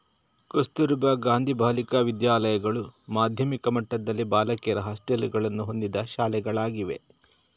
ಕಸ್ತೂರಬಾ ಗಾಂಧಿ ಬಾಲಿಕಾ ವಿದ್ಯಾಲಯಗಳು ಮಾಧ್ಯಮಿಕ ಮಟ್ಟದಲ್ಲಿ ಬಾಲಕಿಯರ ಹಾಸ್ಟೆಲುಗಳನ್ನು ಹೊಂದಿದ ಶಾಲೆಗಳಾಗಿವೆ